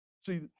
See